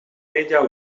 media